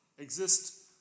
exist